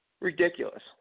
Ridiculous